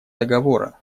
договора